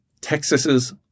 Texas's